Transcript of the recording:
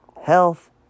health